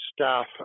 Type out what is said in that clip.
staff